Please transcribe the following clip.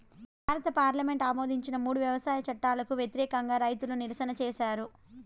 భారత పార్లమెంటు ఆమోదించిన మూడు వ్యవసాయ చట్టాలకు వ్యతిరేకంగా రైతులు నిరసన చేసారు